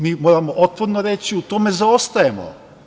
Mi moramo otvoreno reći da u tome zaostajemo.